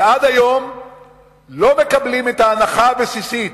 הם לא מקבלים את ההנחה הבסיסית,